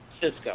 Cisco